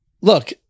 look